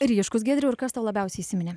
ryškūs giedriau ir kas tau labiausiai įsiminė